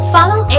Follow